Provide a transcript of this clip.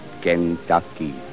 Kentucky